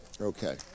Okay